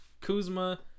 Kuzma